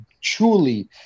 truly